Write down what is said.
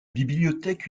bibliothèque